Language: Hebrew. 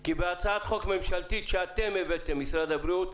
כי בהצעת חוק ממשלתית שאתם הבאתם, משרד הבריאות,